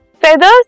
feathers